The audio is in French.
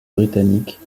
britanniques